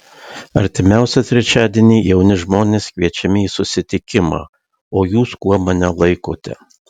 artimiausią trečiadienį jauni žmonės kviečiami į susitikimą o jūs kuo mane laikote